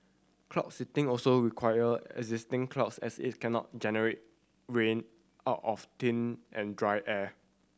cloud seeding also require existing clouds as it cannot generate rain out of thin and dry air